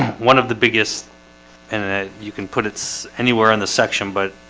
one of the biggest and and that you can put it's anywhere in the section but